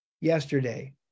yesterday